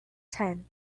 ten